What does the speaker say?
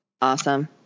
Awesome